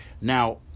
Now